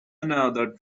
another